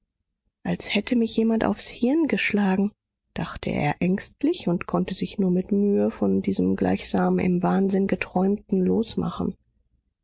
als hätte mich jemand aufs hirn geschlagen dachte er ängstlich und konnte sich nur mit mühe von diesem gleichsam im wahnsinn geträumten losmachen